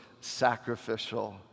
sacrificial